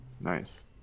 nice